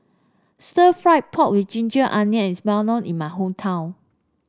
Stir Fried Pork with Ginger Onions is well known in my hometown